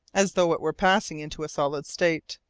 as though it were passing into a solid state.